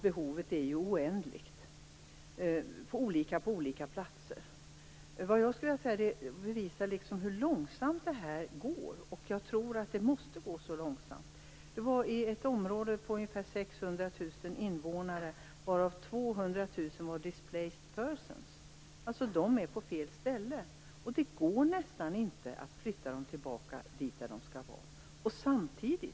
Behoven är ju oändliga och olika på olika platser. Vad jag vill säga är att detta arbete går oerhört långsamt. Jag tror att det måste gå så långsamt. Jag besökte en plats med ungefär 600 000 invånare, varav 200 000 var displaced persons. Dessa människor är alltså på fel ställe. Det går nästan inte att flytta dem tillbaka till det ställe där de skall vara.